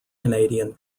canadian